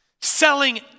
Selling